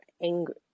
angry